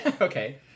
Okay